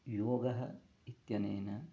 योगः इत्यनेन